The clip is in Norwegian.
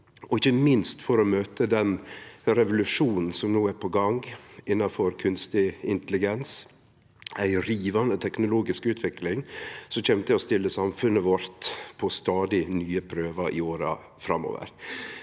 og ikkje minst for å møte den revolusjonen som no er på gang innanfor kunstig intelligens, ei rivande teknologisk utvikling som kjem til å stille samfunnet vårt på stadig nye prøvar i åra framover.